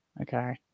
Okay